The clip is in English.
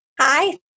Hi